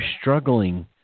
struggling